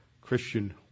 christian